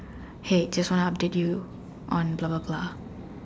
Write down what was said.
hey just wanna update you on blah blah blah